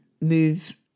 move